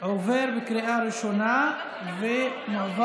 עוברת בקריאה ראשונה ותועבר